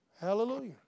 hallelujah